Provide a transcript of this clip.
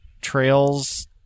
trails